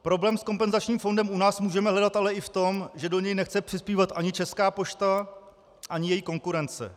Problém s kompenzačním fondem u nás můžeme hledat ale i v tom, že do něj nechce přispívat ani Česká pošta, ani její konkurence.